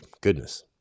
Goodness